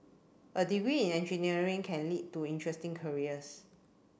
a degree in engineering can lead to interesting careers